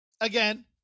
again